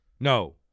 No